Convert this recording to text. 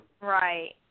Right